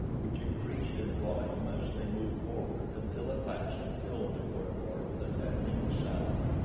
which increased in volume as they moved forward until at last it filled the corridor with a deafening sound.